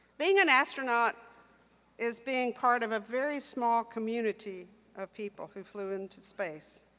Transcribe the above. being an astronaut is being part of a very small community of people who flew into space.